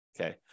okay